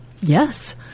Yes